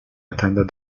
attended